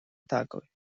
tagoj